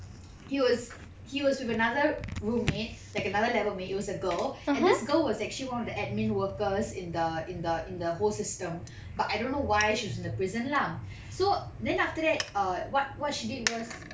he was he was with another roommate like another level mate it was a girl and this girl was actually one of the admin workers in the in the in the whole system but I don't know why she was in the prison lah so then after that err what what she did was